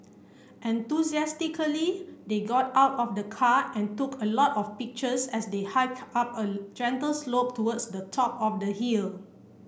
enthusiastically they got out of the car and took a lot of pictures as they hiked up a gentle slope towards the top of the hill